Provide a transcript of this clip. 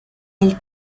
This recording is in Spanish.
del